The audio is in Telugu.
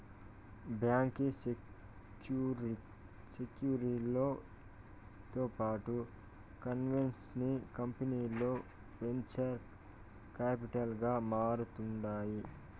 బాంకీ సెక్యూరీలతో పాటు కన్సల్టెన్సీ కంపనీలు వెంచర్ కాపిటల్ గా మారతాండాయి